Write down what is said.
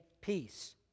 peace